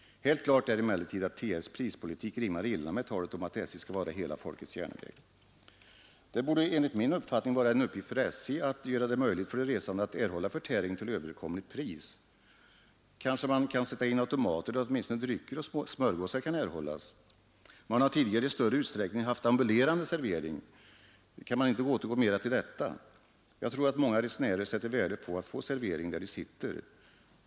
Helt klart är emellertid att TR:s prispolitik rimmar illa med talet om att SJ skall vara hela folkets järnväg. Det borde enligt min uppfattning vara en uppgift för SJ att göra det möjligt för de resande att erhålla förtäring till överkomligt pris. Kanske man kan sätta in automater där åtminstone drycker och smörgåsar kan erhållas? Man har tidigare i större utsträckning haft ambulerande servering. Kan man inte återgå mera till detta? Jag tror att många resenärer sätter värde på att få servering där de sitter.